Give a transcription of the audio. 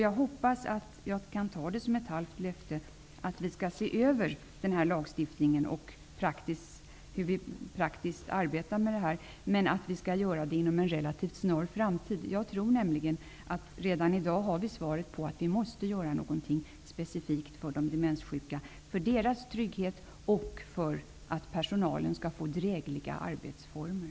Jag hoppas att jag kan ta socialministerns svar som ett halvt löfte om att vi skall se över lagstiftningen, hur den fungerar i praktiken och att vi skall göra det inom en relativt snar framtid. Jag tror nämligen att vi redan i dag vet att vi måste göra någonting specifikt för de demenssjuka, för deras trygghet och för att personalen skall få drägliga arbetsformer.